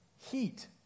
heat